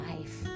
life